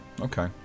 okay